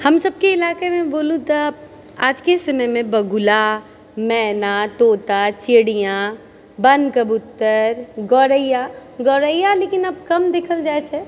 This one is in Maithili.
हमसबके इलाकामे बोलू तऽ आजके समयमे बगुला मैना तोता चिड़िया बन कबूतर गोरैया गोरैया लेकिन आब कम देखल जाइत छै